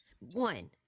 one